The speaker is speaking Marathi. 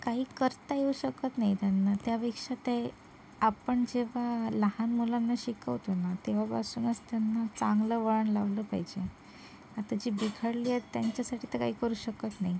काही करता येऊ शकत नाही त्यांना त्यापेक्षा ते आपण जेव्हा लहान मुलांना शिकवतो ना तेव्हापासूनच त्यांना चांगलं वळण लावलं पाहिजे आता जी बिघडली आहेत त्यांच्यासाठी तर काही करू शकत नाही